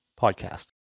Podcast